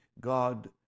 God